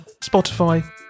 Spotify